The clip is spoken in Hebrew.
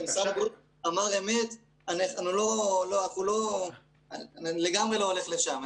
משרד הבריאות אמר אמת, אני לגמרי לא הולך לשם.